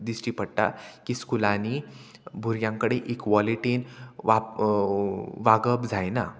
दिश्टी पडटा की स्कुलांनी भुरग्यां कडे इक्वॉलिटीन वाप वागप जायना